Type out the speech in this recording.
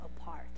apart